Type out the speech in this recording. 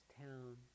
town